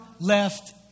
left